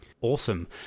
Awesome